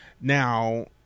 Now